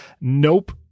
nope